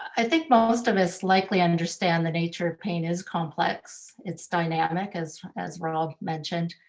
i think most of us likely understand the nature of pain is complex. it's dynamic as as rob mentioned,